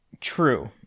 true